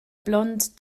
blond